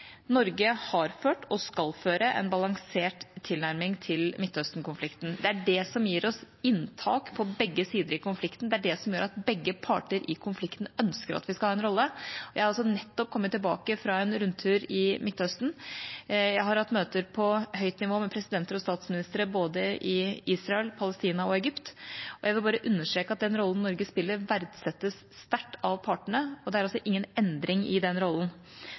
har Norge ført og skal føre en balansert tilnærming til Midtøsten-konflikten. Det er det som gir oss innpass på begge sider i konflikten, det er det som gjør at begge parter i konflikten ønsker at vi skal ha en rolle. Jeg har nettopp kommet tilbake fra en rundtur i Midtøsten. Jeg har hatt møter på høyt nivå med presidenter og statsministre i både Israel, Palestina og Egypt, og jeg vil bare understreke at den rollen Norge spiller, verdsettes sterkt av partene, og det er ingen endring i den rollen.